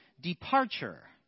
departure